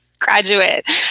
graduate